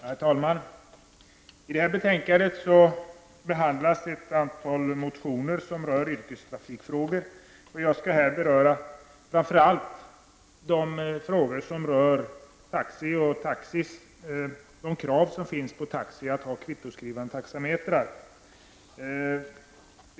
Herr talman! I detta betänkande behandlas ett antal motioner som rör yrkestrafikfrågor. Jag skall framför allt beröra de frågor som rör taxi och de krav som finns på taxi att ha kvittoskrivande taxametrar.